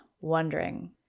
wondering